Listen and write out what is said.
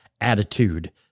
attitude